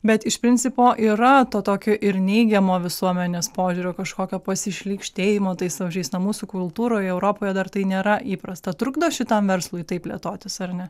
bet iš principo yra to tokio ir neigiamo visuomenės požiūrio kažkokio pasišlykštėjimo tais vabzdžiais na mūsų kultūroje europoje dar tai nėra įprasta trukdo šitam verslui taip plėtotis ar ne